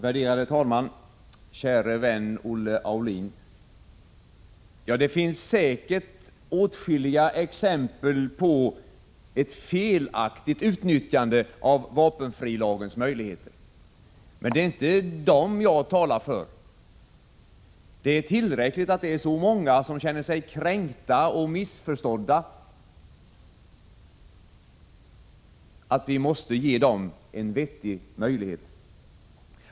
Herr talman! Käre vän Olle Aulin! Det finns säkert åtskilliga exempel på ett felaktigt utnyttjande av vapenfrilagens möjligheter, men det är inte dem jagtalar för. Det är tillräckligt att det är så många som känner sig kränkta och missförstådda, att vi måste ge dem en vettig möjlighet.